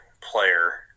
player